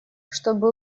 чтобы